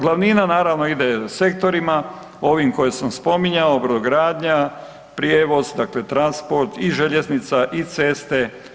Glavnina naravno ide sektorima ovima koje sam spominjao brodogradnja, prijevoz dakle transport i željeznica i ceste.